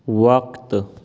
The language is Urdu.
وقت